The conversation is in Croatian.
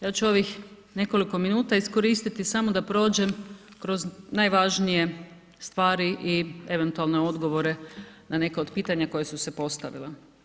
Ja ću ovih nekoliko minuta iskoristiti samo da prođem kroz najvažnije stvari i eventualne odgovore na neke od pitanja koja su se postavila.